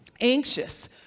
anxious—